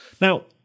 Now